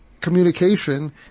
communication